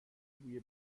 بوی